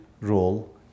role